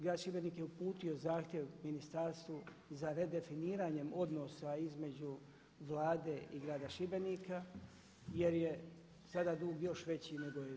Grad Šibenik je uputio zahtjev ministarstvu za redefiniranjem odnosa između Vlade i grada Šibenika jer je sada dug još veći nego je bio.